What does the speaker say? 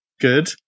good